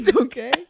okay